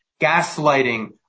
gaslighting